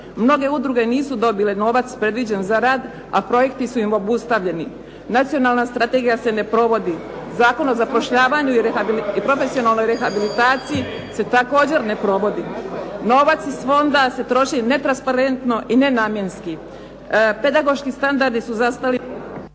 Mnoge udruge nisu dobile novac predviđen za rad, a projekti su im obustavljeni. Nacionalna strategija se ne provodi. Zakon o zapošljavanju i profesionalnoj rehabilitaciji se također na provodi. Novac iz fonda se troši netransparentno i nenamjenski. Pedagoški standardi su zastali